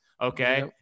Okay